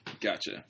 Gotcha